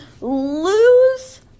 lose